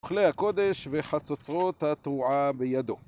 אוכלי הקודש וחצוצרות התרועה בידו